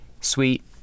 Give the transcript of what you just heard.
sweet